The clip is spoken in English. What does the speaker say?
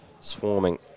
swarming